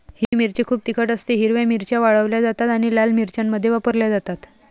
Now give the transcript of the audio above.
हिरवी मिरची खूप तिखट असतेः हिरव्या मिरच्या वाळवल्या जातात आणि लाल मिरच्यांमध्ये वापरल्या जातात